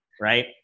right